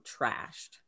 trashed